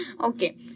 okay